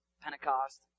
Pentecost